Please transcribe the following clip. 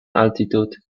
altitude